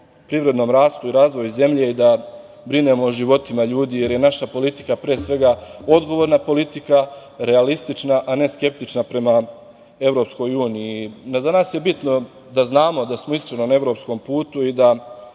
privrednom rastu i razvoju zemlje i da brinemo o životima ljudi, jer je naša politika pre svega odgovorna politika, realistična, a ne skeptična prema Evropskoj uniji.Za nas je bitno da znamo da smo na evropskom putu i da